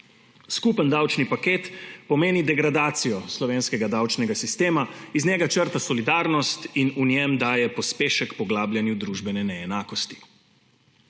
Skupen davčni paket pomeni degradacijo slovenskega davčnega sistema, iz njega črta solidarnost in v njem daje pospešek poglabljanju družbene neenakosti.